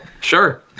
sure